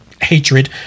hatred